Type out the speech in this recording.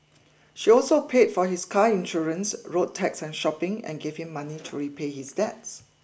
she also paid for his car insurance road tax and shopping and gave him money to repay his debts